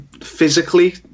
physically